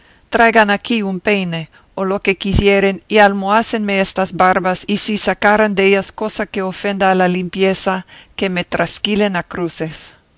traigan aquí un peine o lo que quisieren y almohácenme estas barbas y si sacaren dellas cosa que ofenda a la limpieza que me trasquilen a cruces